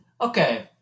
Okay